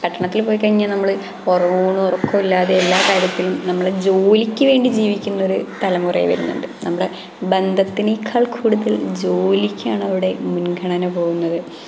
പട്ടണത്തില് പോയി കഴിഞ്ഞാൽ നമ്മൾ ഊണും ഉറക്കവും ഇല്ലാതെ എല്ലാ കാര്യത്തിലും നമ്മൾ ജോലിക്ക് വേണ്ടി ജീവിക്കുന്ന ഒരു തലമുറയായി വരുന്നുണ്ട് നമ്മുടെ ബന്ധത്തിനേക്കാള് കൂടുതല് ജോലിക്ക് ആണ് അവിടെ മുന്ഗണന പോകുന്നത്